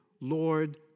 Lord